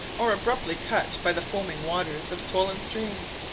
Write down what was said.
or abruptly cut by the foaming waters of swollen streams.